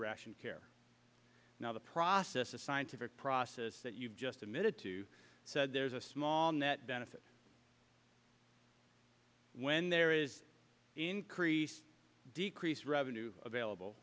ration care now the process the scientific process that you've just admitted to said there's a small net benefit when there is increase decrease revenue available